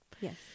Yes